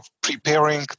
preparing